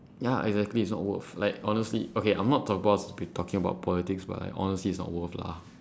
ya exactly it's not worth like honestly okay I'm not supposed to be talking about politics but like honestly it's not worth lah. !huh!